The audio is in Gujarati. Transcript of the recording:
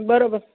બરોબર